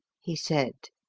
he said.